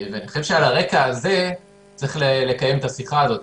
אני חושב שעל הרקע הזה צריך לקיים את השיחה הזאת.